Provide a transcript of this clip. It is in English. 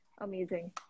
Amazing